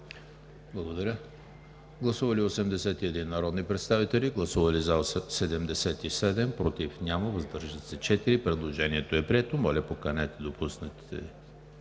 Благодаря